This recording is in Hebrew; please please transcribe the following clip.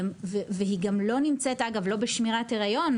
והיא גם לא נמצאת אגב לא בשמירת הריון,